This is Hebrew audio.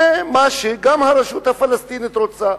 זה גם מה שהרשות הפלסטינית רוצה.